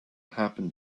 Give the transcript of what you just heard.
happen